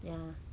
ya